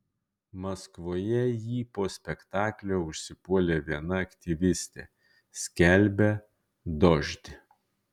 maskvoje jį po spektaklio užsipuolė viena aktyvistė skelbia dožd